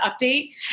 update